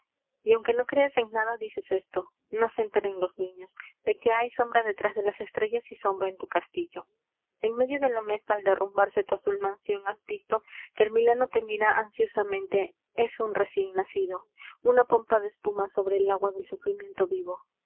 rocío y aunque no crees en nada dices esto no se enteren los niños de que hay sombra detrás de las estrellas y sombra en tu castillo enmedio de la mesa al derrumbarse tu azul mansión has visto que el milano te mira ansiosamente es un recién nacido una pompa de espuma sobre el agua del sufrimiento vivo